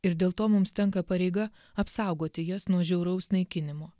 ir dėl to mums tenka pareiga apsaugoti jas nuo žiauraus naikinimo